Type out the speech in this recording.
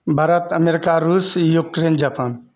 Bharat America रूस Ukraine Japan